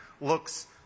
looks